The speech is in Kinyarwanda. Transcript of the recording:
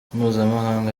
mpuzamahanga